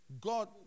God